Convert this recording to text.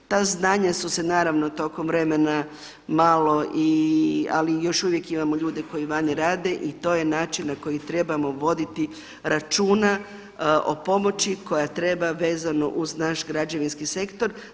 Ta znanja su se naravno tokom vremena malo i, ali još uvijek imamo ljude koji vani rade i to je način na koji trebamo voditi računa o pomoći koja treba vezano uz naš građevinski sektor.